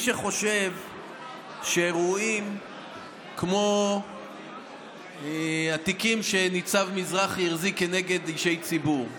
מי שחושב שאירועים כמו התיקים שניצב מזרחי החזיק כנגד אישי ציבור,